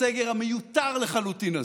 בסגר המיותר-לחלוטין הזה.